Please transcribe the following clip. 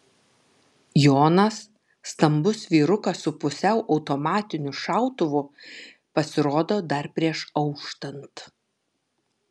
jonas stambus vyrukas su pusiau automatiniu šautuvu pasirodo dar prieš auštant